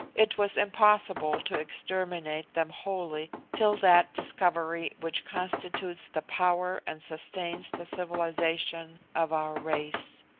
it was impossible to exterminate them wholly till that discovery which constitutes the power and sustains the civilisation of our race.